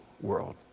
world